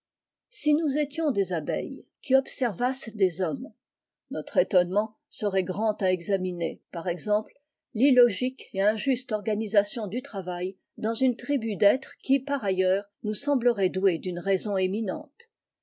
si nous étions des abeilles des abeilles observassent des hommes notre étonnement serait grand à examiner par exemple l'illogique et injuste organisation du travail dans une tribu d'êtres qui par ailleurs nous sembleraient doués d'une raison éminente